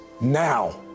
now